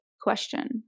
question